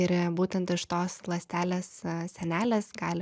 ir būtent iš tos ląstelės sienelės gali